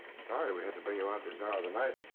sorry we had to bring you out this hour of the night,